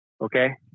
Okay